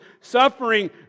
suffering